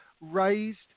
raised